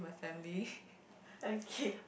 okay